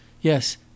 yes